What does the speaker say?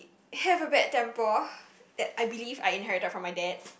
have a bad temper that I believe I inherited from my dad